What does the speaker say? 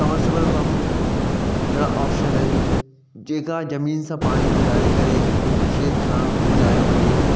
submersible pump जा option आहिनि जेका ज़मीन सां पाणी निकारे करे खेत सां पुॼायो वञे